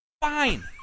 Fine